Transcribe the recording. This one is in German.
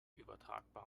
übertragbar